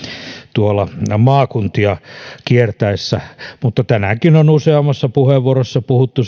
tuolla maakuntia kiertäessä tänäänkin on useammassa puheenvuorossa puhuttu